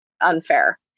unfair